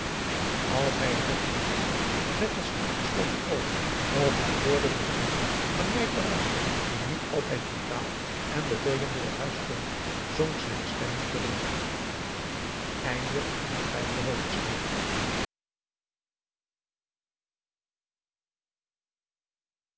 als hij het dochtertje zag met het stuk geschoten oog of hij hoorde de stem van njai peraq die nu altijd brutaal en bevelend door het huis klonk zonk zijn stemming terug p a